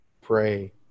pray